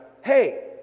hey